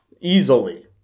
Easily